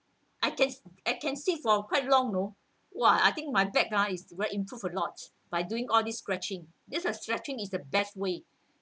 I can I can sit for quite long you know !wah! I think my back ah is really improved a lot by doing all these stretching this uh stretching is the best way